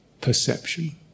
perception